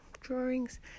drawings